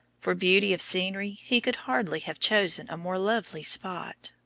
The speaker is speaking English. for beauty of scenery he could hardly have chosen a more lovely spot.